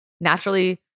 naturally